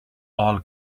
all